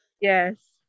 Yes